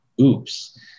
OOPS